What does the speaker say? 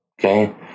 Okay